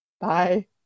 Bye